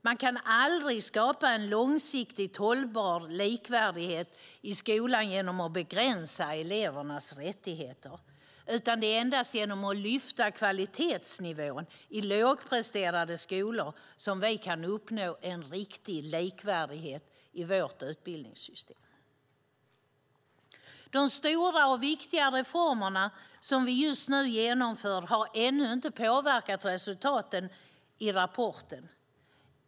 Man kan aldrig skapa en långsiktigt hållbar likvärdighet i skolan genom att begränsa elevernas rättigheter, utan det är endast genom att lyfta upp kvalitetsnivån i lågpresterande skolor som vi kan uppnå en riktig likvärdighet i vårt utbildningssystem. De stora och viktiga reformer som vi just nu genomför har ännu inte påverkat resultaten i rapporten.